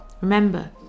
Remember